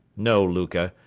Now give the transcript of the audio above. no, louka,